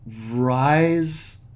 rise